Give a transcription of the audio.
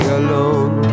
alone